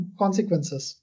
consequences